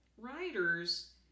Writers